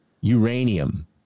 uranium